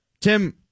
Tim